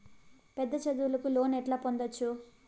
పెద్ద చదువులకు లోను ఎట్లా పొందొచ్చు